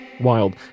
Wild